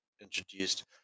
introduced